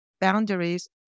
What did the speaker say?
boundaries